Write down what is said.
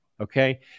Okay